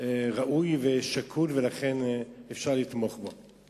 ראוי ושקול, ולכן אפשר לתמוך בו.